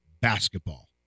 basketball